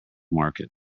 market